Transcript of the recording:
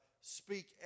speak